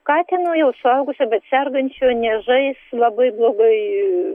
katino jau suaugusio bet sergančio niežais labai blogai